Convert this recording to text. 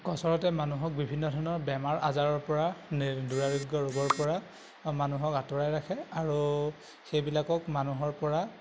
কচৰতে মানুহক বিভিন্ন ধৰণৰ বেমাৰ আজাৰৰ পৰা দূৰাৰোগ্য ৰোগৰ পৰা মানুহক আঁতৰাই ৰাখে আৰু সেইবিলাকক মানুহৰ পৰা